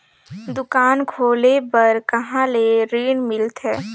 दुकान खोले बार कहा ले ऋण मिलथे?